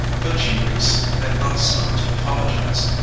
but g. reece had not stopped to apologize.